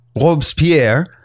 Robespierre